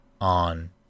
on